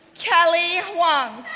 kelly huang,